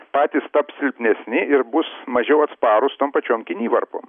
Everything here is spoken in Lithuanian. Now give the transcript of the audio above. patys taps silpnesni ir bus mažiau atsparūs tom pačiom kinivarpom